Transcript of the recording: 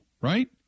right